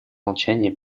молчание